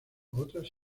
otras